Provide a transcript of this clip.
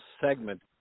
segment